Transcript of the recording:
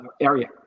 area